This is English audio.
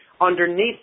Underneath